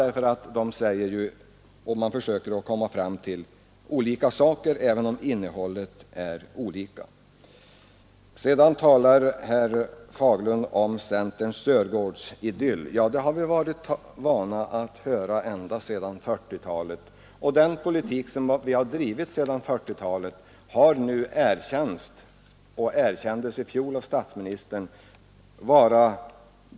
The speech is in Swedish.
De ger uttryck för samma förhållanden även om planeringsinnehållet och målet är olika. Vidare talar herr Fagerlund om centerns Sörgårdsidyll. Ja, det har vi varit vana vid att höra ända sedan 1940-talet. Regionalpolitiken betraktades som Sörgårdspolitik under 1940 och 1950-talen.